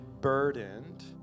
burdened